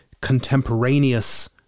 contemporaneous